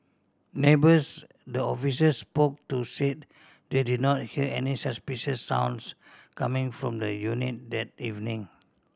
neighbours the officers spoke to said they did not hear any suspicious sounds coming from the unit that evening